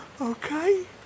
Okay